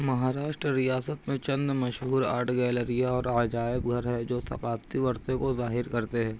مہاراشٹر ریاست میں چند مشہور آرٹ گیلری ہے اور عجائب گھر ہے جو ثقافتی ورثے کو ظاہر کرتے ہے